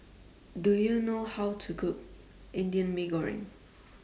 Do YOU know How to Cook Indian Mee Goreng